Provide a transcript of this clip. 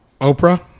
Oprah